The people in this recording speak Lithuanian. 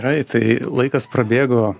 gerai tai laikas prabėgo